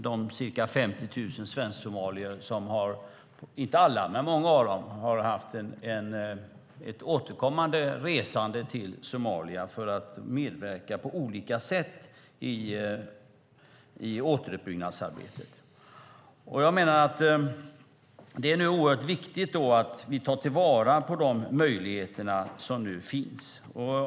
Det handlar om de ca 50 000 svensk-somalier som många, men inte alla, har haft ett återkommande resande till Somalia för att medverka på olika sätt i återuppbyggnadsarbetet. Jag menar att det är oerhört viktigt att vi tar till vara på de möjligheter som nu finns.